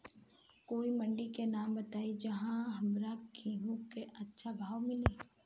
कोई मंडी के नाम बताई जहां हमरा गेहूं के अच्छा भाव मिले?